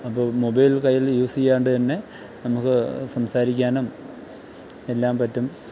അപ്പോൾ മൊബൈൽ കയ്യിൽ യൂസ് ചെയ്യാണ്ട് തന്നെ നമുക്ക് സംസാരിക്കാനും എല്ലാം പറ്റും